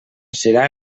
serà